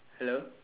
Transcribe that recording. hello